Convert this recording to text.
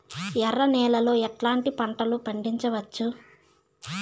ఎర్ర నేలలో ఎట్లాంటి పంట లు పండించవచ్చు వచ్చు?